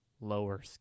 lower